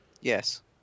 Yes